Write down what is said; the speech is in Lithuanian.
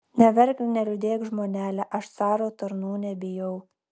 neverk neliūdėk žmonele aš caro tarnų nebijau